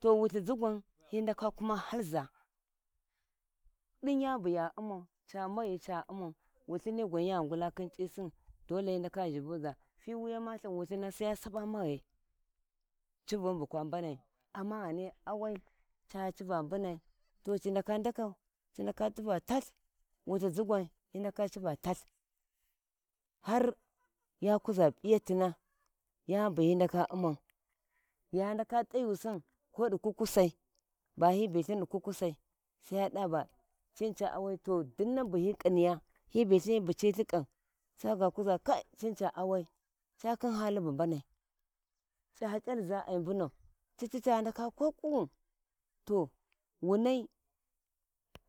To wulthizui gwan hi ndaka kuma halza din yani buya umau ca maghi ca ummau wulthi gwan ya nahau tiwuya ma lhin wulthun sai ya sapa maghai cu uun bakwa mbanai amma ghani anwai ca civa mbanai to ci ndaka ndakau ci ndaka civa talth wulthizi gwan hi ndaka civa talt har ya kuza p`iyatina yani bu hi ndaka mun ya ndaka t`ayusi kodi kukkusai bahi ilhin di kukksai sai ya davo to cini ca awai ca dinna bun ƙhiniya hi billhin hi bucillhi ƙam waya kuza kai cini ca awai ca khin hali bu mbanai c`a c`alza ai mbunan cicci ca ndaka ko ƙuwu to wunai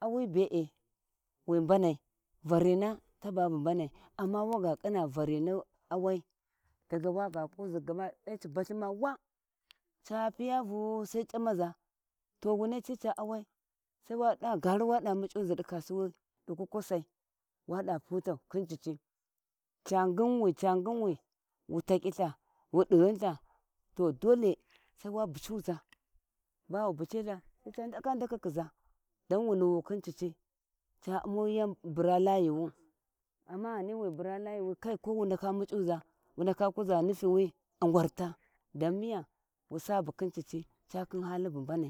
awi be`e wi mbanai vanina taba bu mbani amma wa ga ƙhina varini ni awai daga wa p`uzi ci balhi ma wa ca piyavo sa c`ammaza yo wuna cica awai sai wa dava gari wada muc`uzid kasuwai di kukkusai wada buta khin cicci ca nginwi ca njinwi eu takyilha dguulha to dole sai wa bucuza bawa bucilha to sai ca ndaka kiza da wu nuwu khi cicci ca ummu yau bura layi wu amma ghani wi bura layuwi kowu ndaka muc`uza sai wu kuzi layu a gwarta dan miya dau wusabu khi cicci halun mubane.